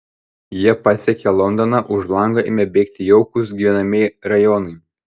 jie pasiekė londoną už lango ėmė bėgti jaukūs gyvenamieji rajonai